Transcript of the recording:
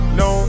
no